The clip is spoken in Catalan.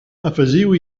afegiu